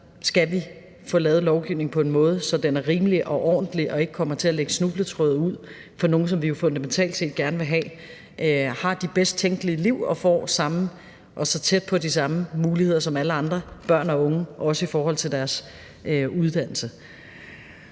skal vi få lavet lovgivningen på en måde, så den er rimelig og ordentlig og ikke kommer til at lægge snubletråde ud for nogle, som vi jo fundamentalt set gerne vil have har de bedst tænkelige liv og så vidt muligt får de samme muligheder som alle andre børn og unge, også når det gælder deres uddannelse.